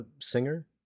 singer